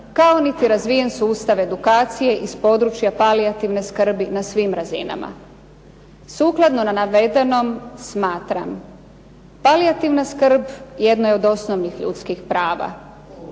kao niti razvijen sustav edukacije iz područja palijativne skrbi na svim razinama. Sukladno navedenom smatram palijativna skrb jedna je od osnovnih ljudskih prava.